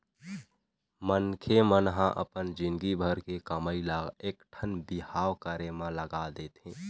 मनखे मन ह अपन जिनगी भर के कमई ल एकठन बिहाव करे म लगा देथे